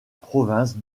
province